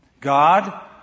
God